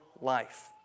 life